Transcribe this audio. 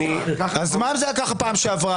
אני אענה לך בקצרה,